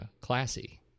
classy